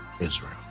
Israel